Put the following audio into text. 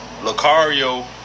Lucario